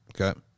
Okay